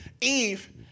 Eve